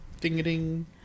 Ding-a-ding